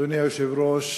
אדוני היושב-ראש,